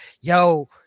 Yo